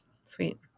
sweet